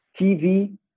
TV